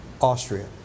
Austria